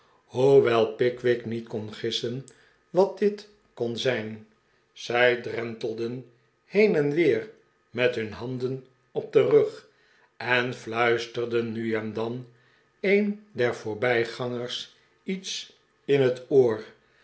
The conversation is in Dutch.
hoewel pickwick niet kon gissen wat dit kon zijn zij drentelden heen en weer met hun handen op den rug en fluisterden nu en dan een der voorbijgangers iets in het oor